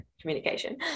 communication